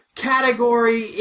Category